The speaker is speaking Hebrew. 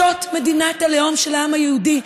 זאת מדינת הלאום של העם היהודי.